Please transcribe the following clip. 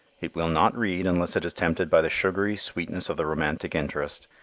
it will not read unless it is tempted by the sugary sweetness of the romantic interest.